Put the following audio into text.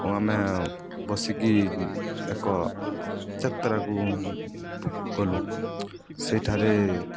ଓ ଆମେ ବସିକି ଏକ ଯାତ୍ରାକୁ ଗଲୁ ସେଇଠାରେ